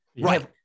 right